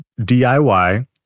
DIY